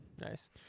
Nice